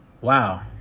wow